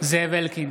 זאב אלקין,